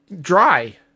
dry